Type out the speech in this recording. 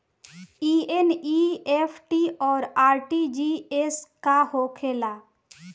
ई एन.ई.एफ.टी और आर.टी.जी.एस का होखे ला?